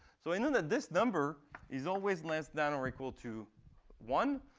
so i know that this number is always less than or equal to one.